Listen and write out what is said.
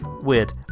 Weird